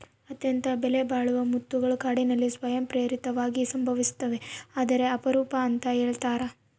ಅತ್ಯಂತ ಬೆಲೆಬಾಳುವ ಮುತ್ತುಗಳು ಕಾಡಿನಲ್ಲಿ ಸ್ವಯಂ ಪ್ರೇರಿತವಾಗಿ ಸಂಭವಿಸ್ತವೆ ಆದರೆ ಅಪರೂಪ ಅಂತ ಹೇಳ್ತರ